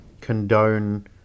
condone